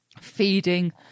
feeding